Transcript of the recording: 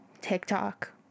tiktok